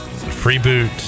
freeboot